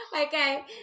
Okay